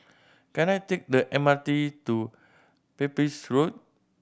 can I take the M R T to Pepys Road